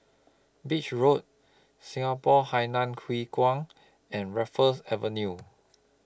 Beach Road Singapore Hainan Hwee Kuan and Raffles Avenue